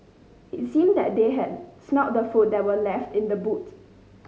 it seemed that they had smelt the food that were left in the boot